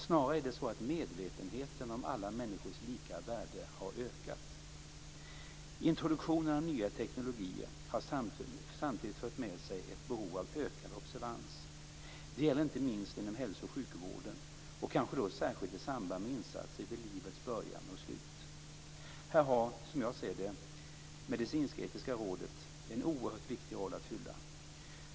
Snarare är det så att medvetenheten om alla människors lika värde har ökat. Introduktionen av nya teknologier har samtidigt fört med sig ett behov av ökad observans - det gäller inte minst inom hälso och sjukvården och kanske då särskilt i samband med insatser vid livets början och slut. Här har, som jag ser det, Medicinsk-etiska rådet en oerhört viktig roll att fylla.